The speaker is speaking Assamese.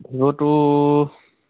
ভিভ'টো